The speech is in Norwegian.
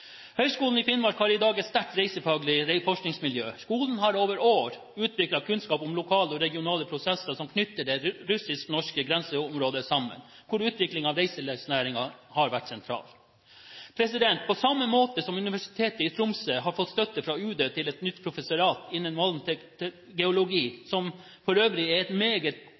Høgskolen i Finnmark har i dag et sterkt reiselivsfaglig forskningsmiljø. Skolen har over år utviklet kunnskap om lokale og regionale prosesser som knytter det russisk-norske grenseområdet sammen, hvor utvikling av reiselivsnæringen har vært sentralt. På samme måte som Universitetet i Tromsø har fått støtte fra UD til et nytt professorat innen malmgeologi, som for øvrig er en meget